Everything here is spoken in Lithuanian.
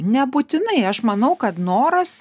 nebūtinai aš manau kad noras